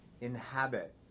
inhabit